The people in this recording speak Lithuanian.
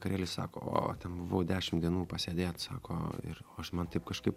vakarėly sako o ten buvau dešim dienų pasėdėt sako ir o aš man taip kažkaip